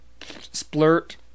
splurt